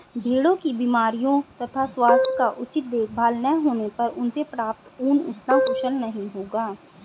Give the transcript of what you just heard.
भेड़ों की बीमारियों तथा स्वास्थ्य का उचित देखभाल न होने पर उनसे प्राप्त ऊन उतना कुशल नहीं होगा